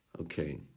Okay